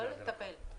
לא לטפל.